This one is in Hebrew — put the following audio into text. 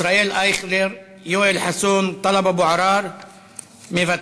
ישראל אייכלר, יואל חסון, טלב אבו עראר מוותרים.